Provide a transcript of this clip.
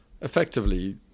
Effectively